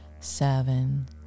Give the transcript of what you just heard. Seven